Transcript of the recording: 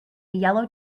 yellow